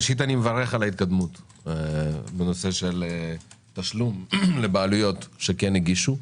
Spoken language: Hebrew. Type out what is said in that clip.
ראשית אני מברך על ההתקדמות בנושא תשלום לבעלויות שכן הגישו.